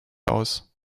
aus